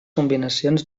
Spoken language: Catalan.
combinacions